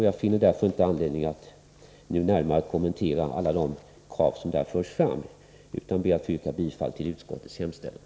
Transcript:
Jag finner därför ingen anledning att närmare kommentera alla de krav som där förs fram utan ber att få yrka bifall till utskottets hemställan.